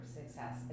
success